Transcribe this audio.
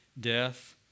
death